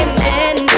Amen